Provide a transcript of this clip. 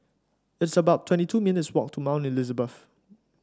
it's about twenty two minutes' walk to Mount Elizabeth